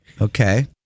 Okay